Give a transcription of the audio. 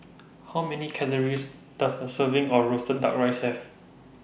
How Many Calories Does A Serving of Roasted Duck Rice Have